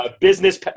business